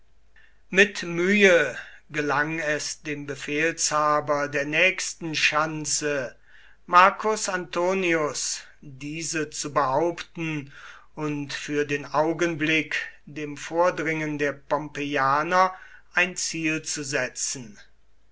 mit mühe gelang es dem befehlshaber der nächsten schanze marcus antonius diese zu behaupten und für den augenblick dem vordringen der pompeianer ein ziel zu setzen